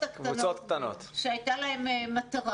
בואו נחזור לקבוצות הקטנות שהייתה להן מטרה.